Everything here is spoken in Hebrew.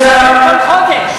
כל חודש.